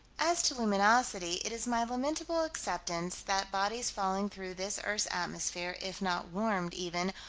as to luminosity, it is my lamentable acceptance that bodies falling through this earth's atmosphere, if not warmed even,